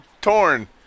Torn